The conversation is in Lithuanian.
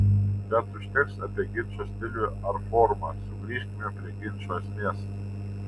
bet užteks apie ginčo stilių ar formą sugrįžkime prie ginčo esmės